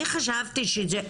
אני חשבתי שזה,